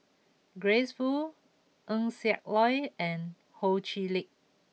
Grace Fu Eng Siak Loy and Ho Chee Lick